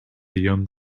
young